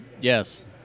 Yes